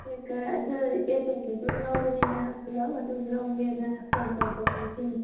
ꯏꯆꯦꯗꯒꯤ ꯑꯗꯨꯝ ꯂꯧꯕꯅꯤꯅ ꯄꯨꯂꯞ ꯑꯗꯨꯝ ꯂꯧꯋꯦꯅ ꯐꯣꯟ ꯇꯧꯖꯔꯛꯏꯁꯤꯅꯤ